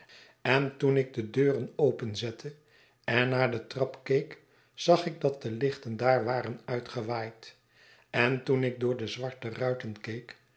en toen ik de deuren openzette en naar de trap keek zag ik dat de lichten daar waren uitgewaaid en toen ik door de zwarte ruiten